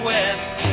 West